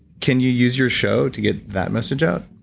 can you use your show to get that message out?